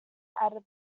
added